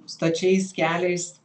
stačiais keliais